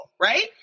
right